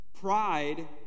Pride